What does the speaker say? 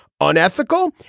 Unethical